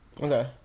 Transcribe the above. okay